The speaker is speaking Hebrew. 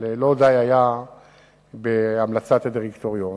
אבל לא די היה בהמלצת הדירקטוריון,